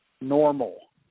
normal